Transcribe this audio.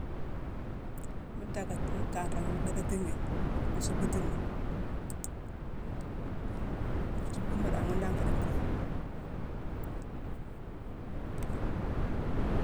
Mu dacka-t-tuumu mu kanra ghi ni, mu dackatighi, mu suckbutini. Nsuckbuma dan ghune dan nféé di nfuye.